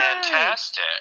Fantastic